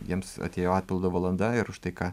jiems atėjo atpildo valanda ir už tai ką